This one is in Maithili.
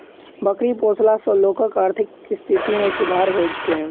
बकरी पोसला सॅ लोकक आर्थिक स्थिति मे सुधार होइत छै